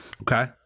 Okay